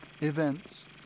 events